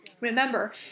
Remember